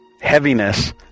heaviness